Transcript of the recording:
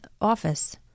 office